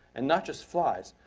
and not just flies,